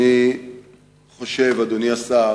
אדוני השר